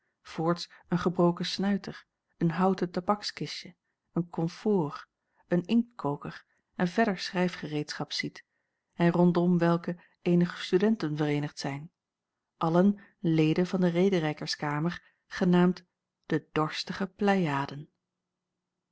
voorts een gebroken snuiter een houten tabakskistje een konfoor een inktkoker en verder schrijfgereedschap ziet en rondom welke eenige studenten vereenigd zijn allen leden van de rederijkerskamer genaamd de dorstige pleiaden